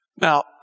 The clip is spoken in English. Now